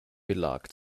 belag